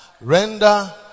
Render